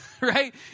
right